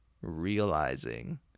realizing